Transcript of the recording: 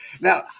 Now